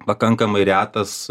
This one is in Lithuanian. pakankamai retas